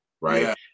right